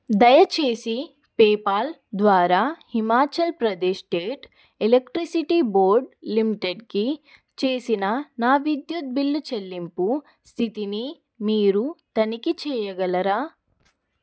దయచేసి పేపాల్ ద్వారా Himachal Pradesh state electricity board లిమిటెడ్కి చేసిన నా విద్యుత్ బిల్లు చెల్లింపు స్థితిని మీరు తనిఖీ చెయ్యగలరా